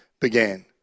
began